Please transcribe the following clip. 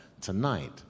tonight